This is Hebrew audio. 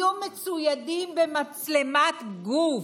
יהיו מצוידים במצלמת גוף.